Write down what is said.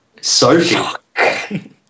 Sophie